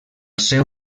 seu